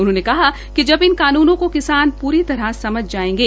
उन्होंने कहा कि जब इन कानूनो को किसान पूरी तरह समझा जायेंगे